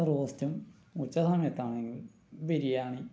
റോസ്റ്റും ഉച്ചസമയത്ത് ആണെങ്കിൽ ബിരിയാണി